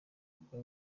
bwa